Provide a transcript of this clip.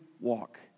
walk